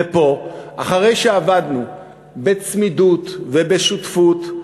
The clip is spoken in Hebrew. ופה, אחרי שעבדנו בצמידות ובשותפות,